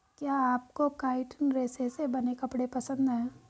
क्या आपको काइटिन रेशे से बने कपड़े पसंद है